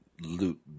loot